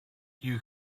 you